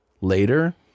later